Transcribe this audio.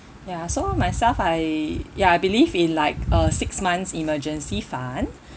ya so myself I ya I believe in like a six months emergency fund